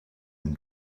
and